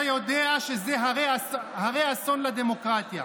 אתה יודע שזה הרה אסון לדמוקרטיה.